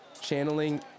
channeling